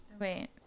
Wait